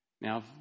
Now